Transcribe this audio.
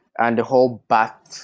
and whole back,